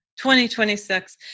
2026